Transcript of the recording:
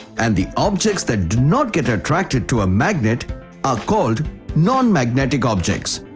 and the objects that do not get attracted to a magnet are called non magnetic objects.